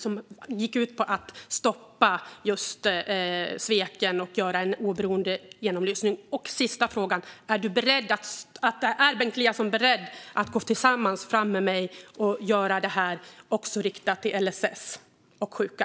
De gick ut på att stoppa sveken och göra en oberoende genomlysning. Är Bengt Eliasson beredd att tillsammans med mig gå fram med förslaget om LSS och sjuka?